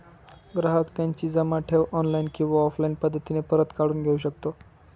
ग्राहक त्याची जमा ठेव ऑनलाईन किंवा ऑफलाईन पद्धतीने परत काढून घेऊ शकतो